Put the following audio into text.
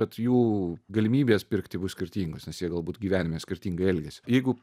bet jų galimybės pirkti bus skirtingos nes jie galbūt gyvenime skirtingai elgiasi jeigu